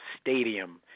stadium